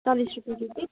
चालिस रुपियाँ केजी